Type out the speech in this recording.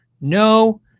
no